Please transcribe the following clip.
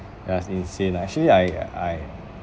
ya it's insane lah actually I I